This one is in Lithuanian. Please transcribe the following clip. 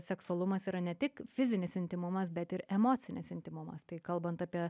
seksualumas yra ne tik fizinis intymumas bet ir emocinis intymumas tai kalbant apie